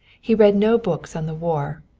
he read no books on the war,